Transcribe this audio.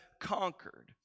conquered